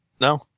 no